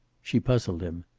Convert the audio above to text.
she puzzled him.